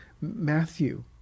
Matthew